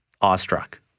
awestruck